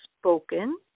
spoken